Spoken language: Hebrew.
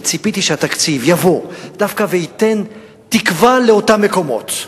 וציפיתי שהתקציב יבוא דווקא וייתן תקווה לאותם מקומות.